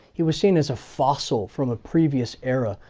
he was seen as a fossil from a previous era,